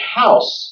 house